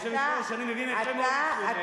היושבת-ראש, אני מבין היטב מה הוא אומר.